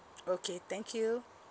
okay thank you